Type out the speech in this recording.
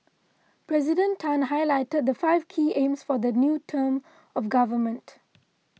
President Tan highlighted the five key aims for the new term of government